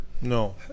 No